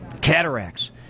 cataracts